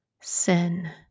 sin